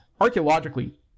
Archaeologically